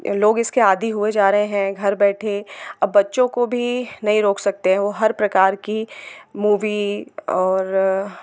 यह लोग इसके आदि हुए जा रहे हैं घर बैठे अब बच्चों को भी नहीं रोक सकते हैं वह हर प्रकार की मूवी और